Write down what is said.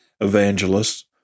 evangelists